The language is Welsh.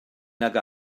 nag